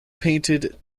painted